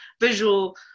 visual